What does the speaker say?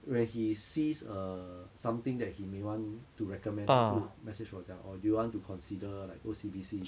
when he sees a something that he may want to recommend 他就 message 我这样 orh do you want to consider like O_C_B_C